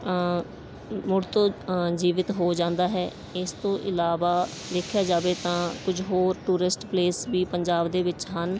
ਮੁੜ ਤੋਂ ਜੀਵਿਤ ਹੋ ਜਾਂਦਾ ਹੈ ਇਸ ਤੋਂ ਇਲਾਵਾ ਦੇਖਿਆ ਜਾਵੇ ਤਾਂ ਕੁਝ ਹੋਰ ਟੂਰਿਸਟ ਪਲੇਸ ਵੀ ਪੰਜਾਬ ਦੇ ਵਿੱਚ ਹਨ